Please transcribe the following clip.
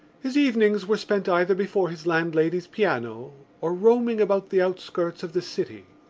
his evenings were spent either before his landlady's piano or roaming about the outskirts of the city.